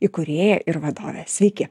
įkūrėja ir vadovė sveiki